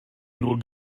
nur